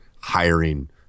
hiring